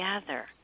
together